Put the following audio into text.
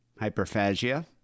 hyperphagia